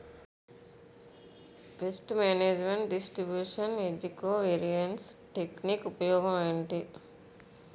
paste management distribution ఏజ్జి covariance technique ఉపయోగం ఏంటి